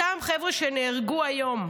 אותם חבר'ה שנהרגו היום,